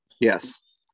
Yes